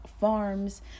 farms